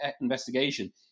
investigation